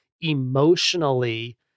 emotionally